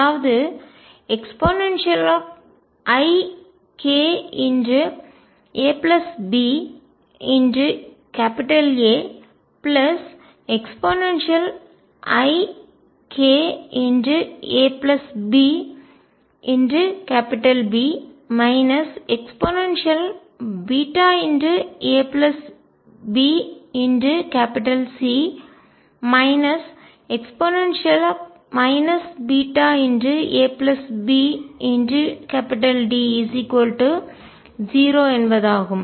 அதாவது eikabAeikabB eabC e abD0 என்பதாகும்